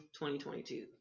2022